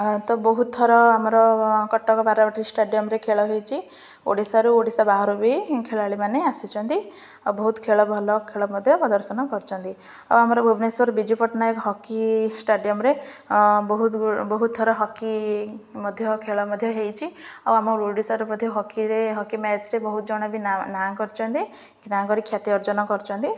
ତ ବହୁତ ଥର ଆମର କଟକ ବାରବାଟୀ ଷ୍ଟାଡ଼ିୟମ୍ରେ ଖେଳ ହେଇଛି ଓଡ଼ିଶାରୁ ଓଡ଼ିଶା ବାହାରୁ ବି ଖେଳାଳିମାନେ ଆସନ୍ତି ଆଉ ବହୁତ ଖେଳ ଭଲ ଖେଳ ମଧ୍ୟ ପ୍ରଦର୍ଶନ କରିଛନ୍ତି ଆଉ ଆମର ଭୁବନେଶ୍ୱର ବିଜୁ ପଟ୍ଟନାୟକ ହକି ଷ୍ଟାଡ଼ିୟମ୍ରେ ବହୁତ ବହୁତ ଥର ହକି ମଧ୍ୟ ଖେଳ ମଧ୍ୟ ହେଇଚି ଆଉ ଆମ ଓଡ଼ିଶାରୁ ମଧ୍ୟ ହକିରେ ହକି ମ୍ୟାଚ୍ରେ ବହୁତ ଜଣ ବି ନାଁ ନାଁ କରିଛନ୍ତି କି ନାଁ କରି ଖ୍ୟାତି ଅର୍ଜନ କରିଛନ୍ତି